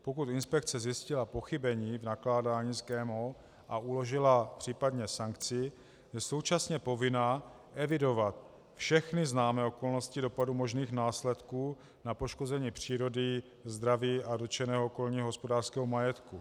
Pokud inspekce zjistila pochybení v nakládání s GMO a uložila případně sankci, je současně povinna evidovat všechny známé okolnosti dopadu možných následků na poškození přírody, zdraví a dotčeného okolního hospodářského majetku.